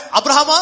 Abraham